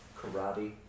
karate